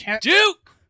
duke